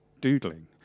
doodling